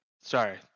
Sorry